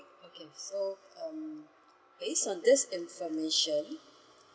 okay so um based on this information